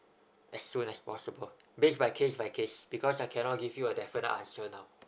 as soon as possible based by case by case because I cannot give you the definite answer now